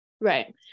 right